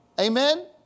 Amen